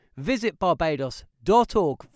visitbarbados.org